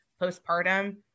postpartum